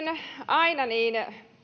aina